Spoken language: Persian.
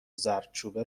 زردچوبه